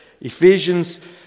Ephesians